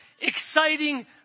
exciting